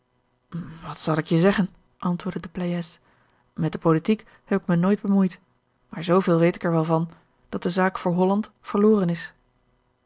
wat zal ik je zeggen antwoordde de pleyes met de politiek heb ik me nooit bemoeid maar zveel weet ik wel er van dat de zaak voor holland verloren is